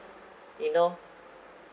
you know